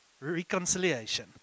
reconciliation